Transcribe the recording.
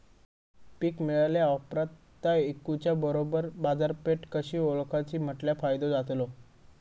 पीक मिळाल्या ऑप्रात ता इकुच्या बरोबर बाजारपेठ कशी ओळखाची म्हटल्या फायदो जातलो?